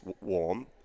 warm